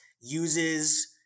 uses